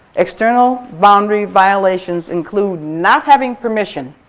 external boundary violations include not having permission